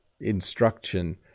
instruction